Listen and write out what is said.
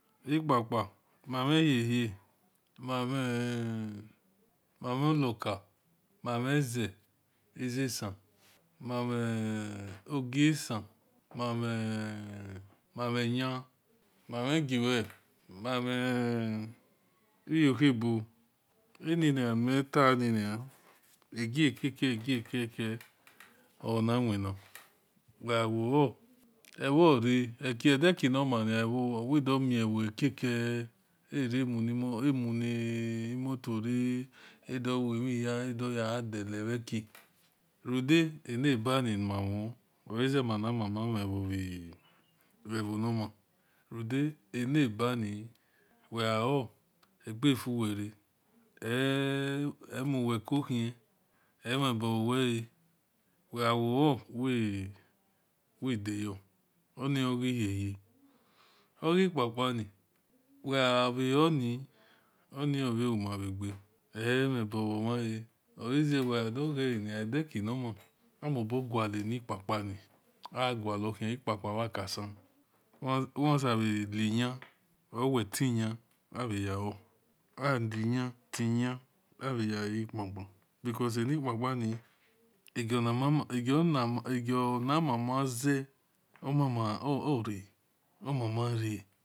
Ipa-pa mavn iva-va meavn ulaki maunize ize-esan mevn ogi-esan meavn yan meavn igioe̠ mem euhaebo anini nimitanina agekake agekake oanwina weawohu ovo̠ra adaikinamana wedomi gekake ara-amuni mohora adawemehia adoyadileveki nida-anivani-nimamu oaze manimama vnhv-ewonama udaenabani weao̠gefuwere emowekuhian enibouwea weao-wedaya oniogehaha ogepa-pani weavaon ova who mava enibo womae̠ oaze wedozen edieki nama mamu oboqulin-pa-pa-ni aguiohi ipa-pa va kasea wesivare yan or wetinyan avayho wetiyan wevayi pa-pa becouses am pa pa ni agani mamaze oria omanana owomama